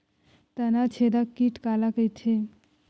तनाछेदक कीट काला कइथे?